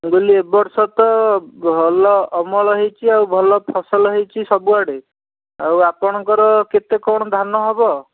ମୁଁ କହିଲି ଏ ବର୍ଷ ତ ଭଲ ଅମଳ ହେଇଛି ଆଉ ଭଲ ଫସଲ ହେଇଛି ସବୁଆଡ଼େ ଆଉ ଆପଣଙ୍କର କେତେ କ'ଣ ଧାନ ହେବ